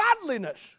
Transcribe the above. godliness